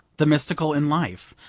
the mystical in life,